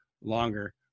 longer